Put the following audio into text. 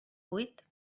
buit